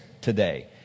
today